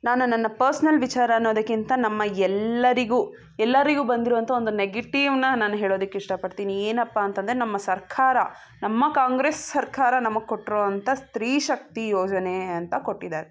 ನಾನು ನನ್ನ ಪರ್ಸ್ನಲ್ ವಿಚಾರ ಅನ್ನೋದಕ್ಕಿಂತ ನಮ್ಮ ಎಲ್ಲರಿಗೂ ಎಲ್ಲರಿಗು ಬಂದಿರುವಂಥ ಒಂದು ನೆಗೆಟಿವನ್ನ ನಾನು ಹೇಳೋದಿಕ್ಕೆ ಇಷ್ಟಪಡ್ತೀನಿ ಏನಪ್ಪಾ ಅಂತಂದರೆ ನಮ್ಮ ಸರ್ಕಾರ ನಮ್ಮ ಕಾಂಗ್ರೆಸ್ ಸರ್ಕಾರ ನಮಗೆ ಕೊಟ್ಟಿರೋವಂಥ ಸ್ತ್ರೀ ಶಕ್ತಿ ಯೋಜನೆ ಅಂತ ಕೊಟ್ಟಿದಾರೆ